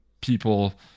people